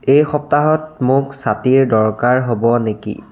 এই সপ্তাহত মোক ছাতিৰ দৰকাৰ হ'ব নেকি